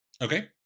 Okay